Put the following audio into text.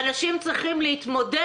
אני חושבת שמי --- ואנשים צריכים להתמודד